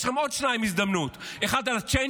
יש לכם הזדמנות לעוד שניים: אחד על הצ'יינג'ים,